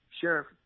Sheriff